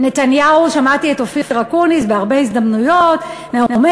שמעתי את אופיר אקוניס בהרבה הזדמנויות אומר: